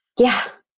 yeah.